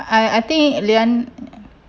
I I think lian